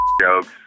jokes